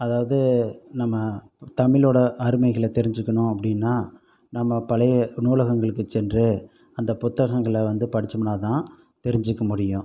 அதாவது நம்ம தமிழோட அருமைகளை தெரிஞ்சுக்கணும் அப்படின்னா நம்ம பழைய நூலகங்களுக்கு சென்று அந்த புத்தகங்களை வந்து படித்தோம்னாதான் தெரிஞ்சுக்க முடியும்